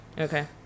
Okay